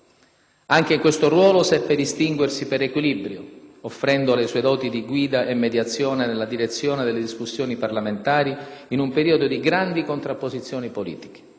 Anche in questo ruolo seppe distinguersi per equilibrio, offrendo le sue doti di guida e mediazione nella direzione delle discussioni parlamentari in un periodo di grandi contrapposizioni politiche.